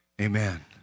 amen